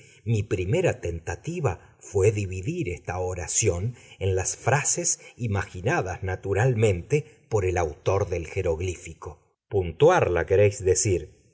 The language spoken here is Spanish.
mi primera tentativa fué dividir esta oración en las frases imaginadas naturalmente por el autor del jeroglífico puntuarla queréis decir